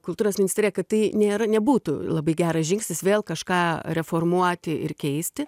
kultūros ministeriją kad tai nėra nebūtų labai geras žingsnis vėl kažką reformuoti ir keisti